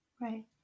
Right